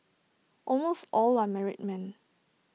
almost all are married men